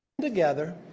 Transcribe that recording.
together